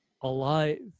alive